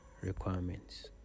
requirements